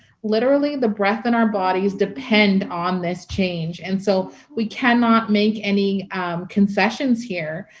literally, the breath in our bodies depend on this change, and so we cannot make any concessions here.